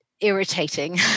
irritating